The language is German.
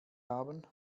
haben